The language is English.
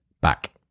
back